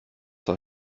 war